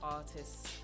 artists